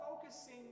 focusing